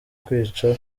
kwica